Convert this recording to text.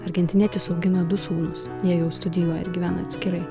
argentinietis augina du sūnūs jie jau studijuoja ir gyvena atskirai